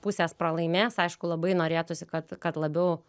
pusės pralaimės aišku labai norėtųsi kad kad labiau